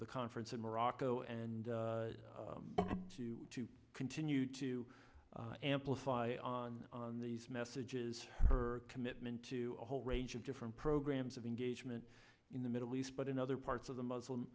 the conference in morocco though and to continue to amplify on on these messages her commitment to a whole range of different programs of engagement in the middle east but in other parts of the muslim